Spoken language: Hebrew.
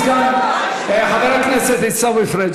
חבר הכנסת עיסאווי פריג',